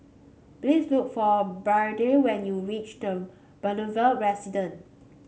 please look for Biddie when you reach The Boulevard Residence